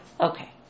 Okay